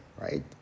right